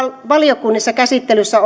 valiokunnissa käsittelyssä